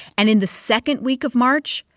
and in the second week of march,